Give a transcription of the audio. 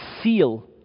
seal